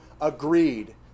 agreed